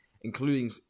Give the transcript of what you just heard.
including